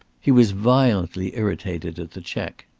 he was violently irritated at the check.